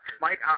Mike